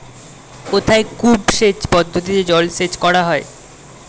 কোথায় কূপ সেচ পদ্ধতিতে জলসেচ করা হয়?